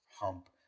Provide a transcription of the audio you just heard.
hump